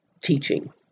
teaching